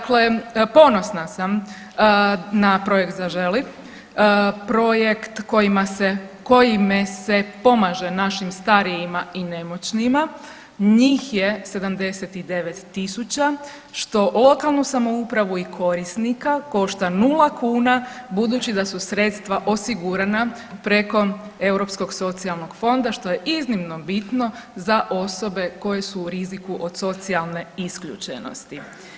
Dakle, ponosna sam na projekt Zaželi, projekt kojima se, kojime se pomaže našima starijima i nemoćnima, njih je 79.000 što lokalnu samoupravu i korisnika košta nula kuna budući da su sredstva osigurana preko Europskog socijalnog fonda što je iznimno bitno za osobe koje su u riziku od socijalne isključenosti.